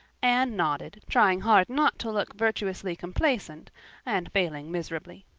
anne nodded, trying hard not to look virtuously complacent and failing miserably.